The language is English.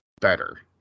better